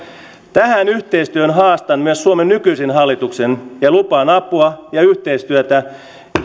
tähän yhteistyöhön haastan myös suomen nykyisen hallituksen ja lupaan apua ja yhteistyötä